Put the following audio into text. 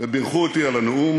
ובירכו אותי על הנאום,